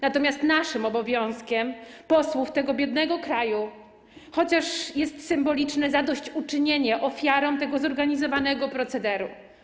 Natomiast naszym obowiązkiem, posłów tego biednego kraju, jest chociaż symboliczne zadośćuczynienie ofiarom tego zorganizowanego procederu.